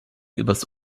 übers